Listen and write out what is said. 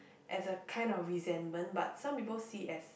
as a kind of resentment but some people see as